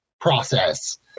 process